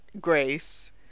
Grace